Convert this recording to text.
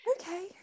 Okay